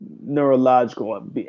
neurological